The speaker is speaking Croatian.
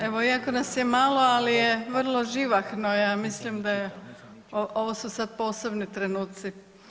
Evo iako nas je malo ali je vrlo živahno, ja mislim da je ovo su sad posebni trenuci.